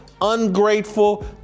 ungrateful